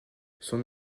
son